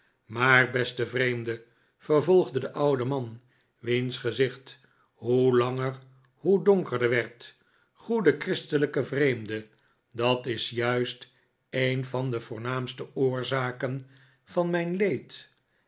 maar beste vreemde vervolgde de oude man wiens gezicht hoe langer hoe donkerder werd goede christelijke vreemde dat is julst een van de voornaamste oorzaken van mijn leed